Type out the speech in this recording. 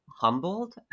humbled